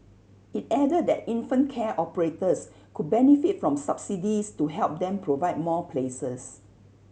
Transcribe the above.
it added that infant care operators could benefit from subsidies to help them provide more places